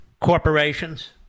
corporations